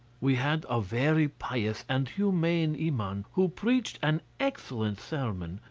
we had a very pious and humane iman, who preached an excellent sermon,